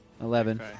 Eleven